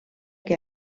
que